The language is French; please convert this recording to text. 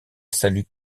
salue